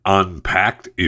unpacked